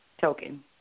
token